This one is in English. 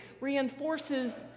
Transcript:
reinforces